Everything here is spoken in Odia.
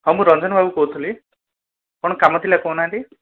ହଁ ମୁଁ ରଞ୍ଜନ ବାବୁ କହୁଥିଲି କ'ଣ କାମ ଥିଲା କହୁନାହାନ୍ତି